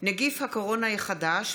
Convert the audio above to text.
(נגיף הקורונה החדש,